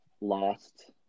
lost